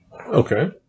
Okay